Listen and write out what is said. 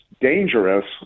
dangerous